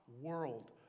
world